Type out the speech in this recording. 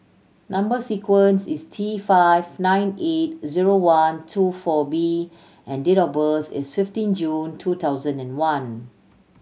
number sequence is T five nine eight zero one two four B and date of birth is fifteen June two thousand and one